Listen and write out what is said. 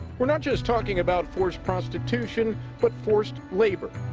we're not just talking about forced prostitution, but forced labor.